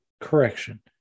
correction